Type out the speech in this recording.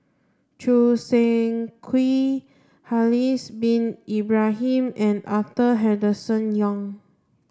Choo Seng Quee Haslir bin Ibrahim and Arthur Henderson Young